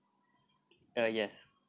uh yes